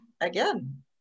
again